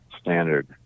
standard